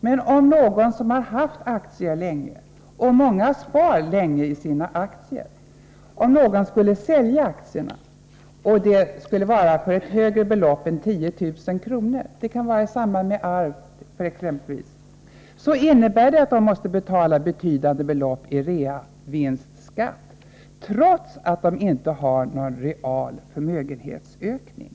Men om någon som haft sina aktier under en lång tid — det gäller många aktieinnehavare — skulle sälja dem till ett belopp som överskrider 10 000 kr., t.ex. i samband med arv, innebär det att vederbörande måste betala en betydande reavinstsskatt, trots att det inte varit någon real förmögenhetsökning.